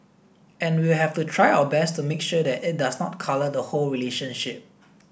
and we will have to try our best to make sure that it does not colour the whole relationship